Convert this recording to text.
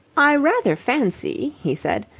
i rather fancy, he said,